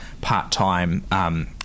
part-time